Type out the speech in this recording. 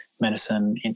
medicine